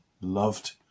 loved